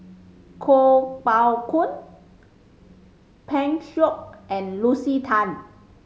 Kuo Pao Kun Pan Shou and Lucy Tan